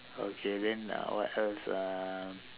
okay then uh what else uh